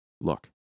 Look